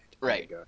Right